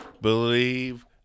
believe